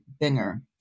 Binger